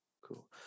cool